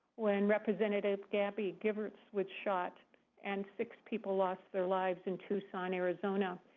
when representative gabby giffords was shot and six people lost their lives in tucson, arizona.